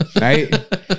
Right